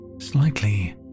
slightly